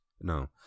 No